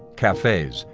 cafes,